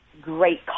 great